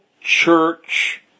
church